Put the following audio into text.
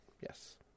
Yes